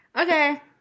Okay